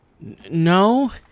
No